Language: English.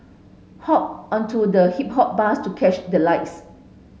hop onto the Hippo Bus to catch the lights